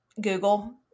Google